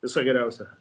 viso geriausio